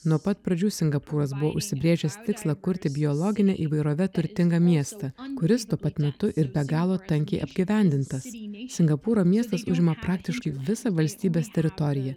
nuo pat pradžių singapūras buvo užsibrėžęs tikslą kurti biologine įvairove turtingą miestą kuris tuo pat metu ir be galo tankiai apgyvendintas singapūro miestas užima praktiškai visą valstybės teritoriją